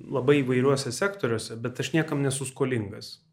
labai įvairiuose sektoriuose bet aš niekam nesu skolingas